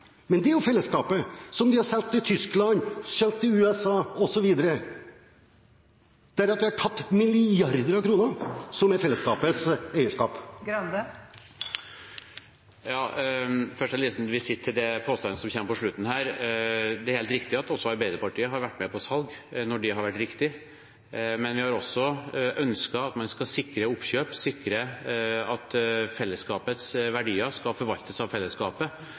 Men det er jo en del av fellesskapet som de har solgt til Tyskland, til USA osv. Det har gjort at vi har tapt milliarder av kroner, som er fellesskapets eierskap. Først en liten visitt til påstandene som kom på slutten. Det er helt riktig at også Arbeiderpartiet har vært med på salg, når det har vært riktig. Men vi har også ønsket at man skal sikre oppkjøp, sikre at felleskapets verdier skal forvaltes av fellesskapet